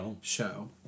show